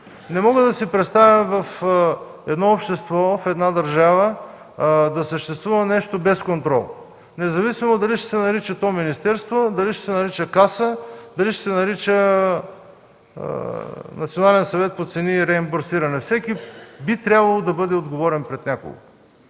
Не мога да си представя в едно общество, в една държава да съществува нещо без контрол, независимо дали то ще се нарича министерство, Каса, дали ще се нарича Национален съвет по цени и реимбурсиране. Всеки би трябвало да бъде отговорен пред някого.